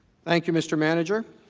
thank you mr. manager